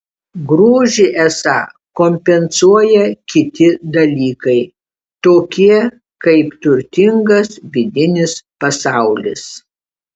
grožį esą kompensuoja kiti dalykai tokie kaip turtingas vidinis pasaulis